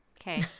Okay